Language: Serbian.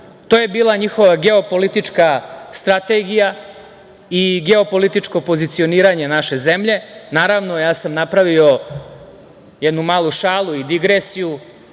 to je bila njihova geopolitička strategija i geopolitičko pozicioniranje naše zemlje. Naravno, ja sam napravio jednu malu šalu i digresiju,